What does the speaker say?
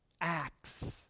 acts